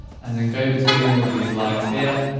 and then go between them with these lines here.